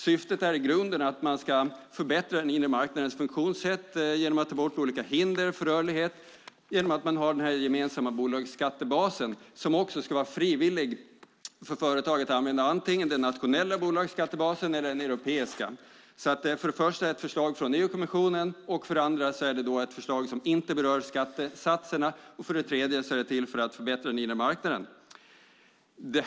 Syftet är i grunden att man ska förbättra den inre marknadens funktionssätt genom att ta bort olika hinder för rörlighet genom att man har den gemensamma bolagsskattebasen, som också ska vara frivillig för företag att använda. Man använder antingen den nationella bolagsskattebasen eller den europeiska. Det är alltså för det första ett förslag från EU-kommissionen, för det andra ett förslag som inte berör skattesatserna, för det tredje ett förslag som är till för att förbättra den inre marknaden.